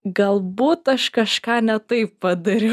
galbūt aš kažką ne taip padariau